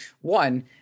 one